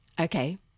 okay